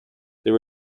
there